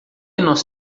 nós